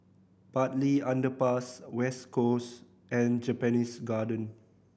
Bartley Underpass West Coast and Japanese Garden